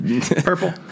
Purple